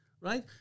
Right